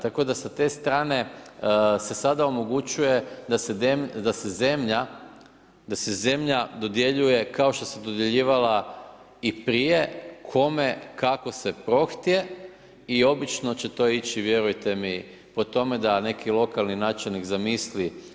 Tako da se te strane se sada omogućuje da se zemlja dodjeljuje kao što se dodjeljivala i prije, kome kako se prohtije i obično će to ići, vjerujte mi po tome da neki lokalni načelnik zamisli.